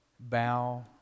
Bow